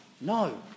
No